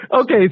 Okay